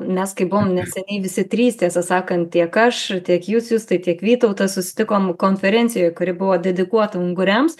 mes kai buvom neseniai visi trys tiesą sakant tiek aš tiek jūs justai tiek vytautas susitikom konferencijoje kuri buvo dedikuota unguriams